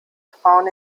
frauen